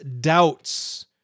doubts